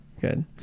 Good